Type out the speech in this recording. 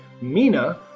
Mina